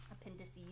appendices